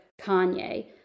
Kanye